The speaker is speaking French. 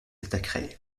attaqueraient